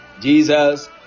Jesus